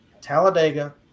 Talladega